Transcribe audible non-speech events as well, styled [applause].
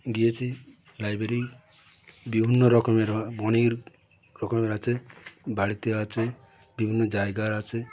গিয়েছি লাইব্রেরি বিভিন্ন রকমের [unintelligible] রকমের আছে বাড়িতে আছে বিভিন্ন জায়গার আছে